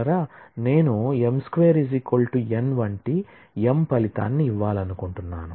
నేను m2 n వంటి m ఫలితాన్ని ఇవ్వాలనుకుంటున్నాను